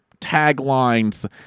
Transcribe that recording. taglines